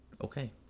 okay